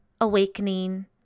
awakening